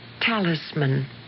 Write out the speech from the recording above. talisman